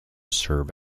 serve